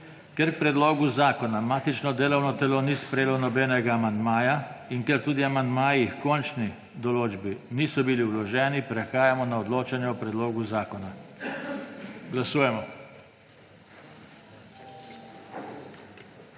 Ker k predlogu zakona matično delovno telo ni sprejelo nobenega amandmaja in ker tudi amandmaji h končni določbi niso bili vloženi, prehajamo na odločanje o predlogu zakona. Glasujemo.